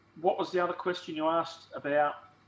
what was the other question you asked about